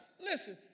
listen